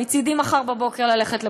מצדי, מחר בבוקר ללכת לבחירות.